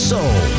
Soul